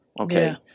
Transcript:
Okay